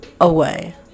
away